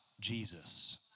Jesus